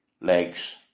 legs